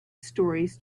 stories